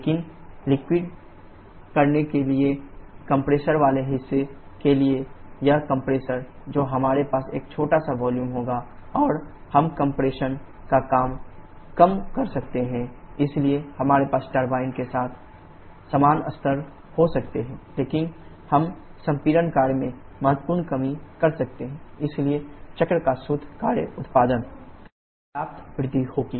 लेकिन लिक्विड करने के साथ कम्प्रेशन वाले हिस्से के लिए यह कम्प्रेशन जो हमारे पास एक छोटा सा वॉल्यूम होगा और हम कम्प्रेशन का काम कम कर सकते हैं इसलिए हमारे पास टरबाइन के समान स्तर हो सकते हैं लेकिन हम संपीड़न कार्य में महत्वपूर्ण कमी कर सकते हैं इसलिए चक्र का शुद्ध कार्य उत्पादन WnetWT Wc पर्याप्त वृद्धि होगी